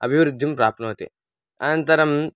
अभिवृद्धिं प्राप्नोति अनन्तरं